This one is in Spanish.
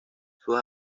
sus